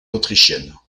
autrichienne